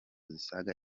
zisaga